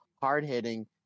Hard-hitting